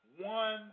One